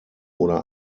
oder